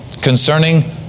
Concerning